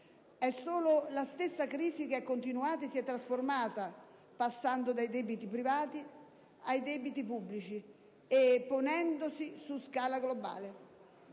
È solo la stessa crisi che è continuata e si è trasformata, passando dai debiti privati ai debiti pubblici e, così, scalandosi su scala globale».